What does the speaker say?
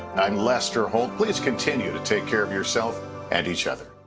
i'm lester holt, please continue to take care of yourself and each other.